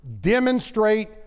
demonstrate